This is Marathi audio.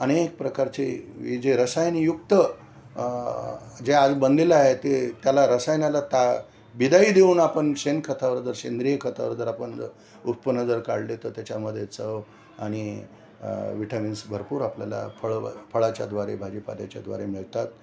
अनेक प्रकारचे हे जे रसायनयुक्त जे आज बनलेलं आहे ते त्याला रसायनाला ता बिदाई देऊन आपण शेणखतावर जर सेंद्रिय खतावर जर आपण जर उत्पन्न जर काढले तर त्याच्यामध्ये चव आणि व्हिटॅमिन्स भरपूर आपल्याला फळ फळाच्याद्वारे भाजीपााल्याच्याद्वारे मिळतात